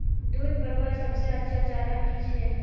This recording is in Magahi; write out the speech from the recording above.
दूध बढ़वार सबसे अच्छा चारा की छे?